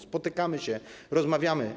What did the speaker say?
Spotykamy się, rozmawiamy.